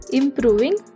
improving